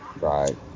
Right